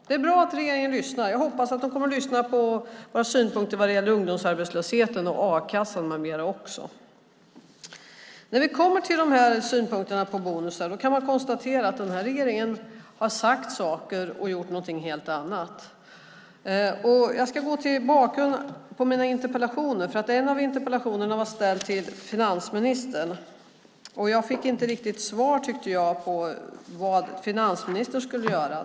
Det är bra att regeringen lyssnar, och jag hoppas att den kommer att lyssna på våra synpunkter på ungdomsarbetslösheten, a-kassan med mera också. När vi kommer till synpunkterna på bonusar kan man konstatera att regeringen har sagt en sak och gjort någonting helt annat. Jag ska gå till bakgrunden till mina interpellationer. En av interpellationerna var ställd till finansministern. Jag tyckte inte riktigt att jag inte fick svar på vad finansministern skulle göra.